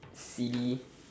silly